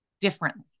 differently